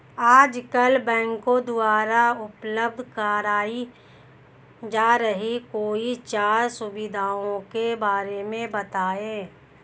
आजकल बैंकों द्वारा उपलब्ध कराई जा रही कोई चार सुविधाओं के बारे में बताइए?